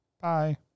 Bye